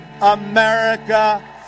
America